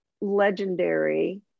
legendary